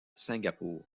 singapour